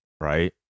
right